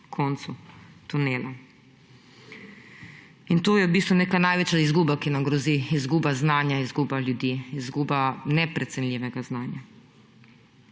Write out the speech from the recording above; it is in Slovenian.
koncu tunela. In to je neka največja izguba, ki nam grozi, izguba znanja, izguba ljudi, izguba neprecenljivega znanja.